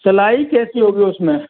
सिलाई कैसी होगी उसमें